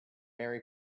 merry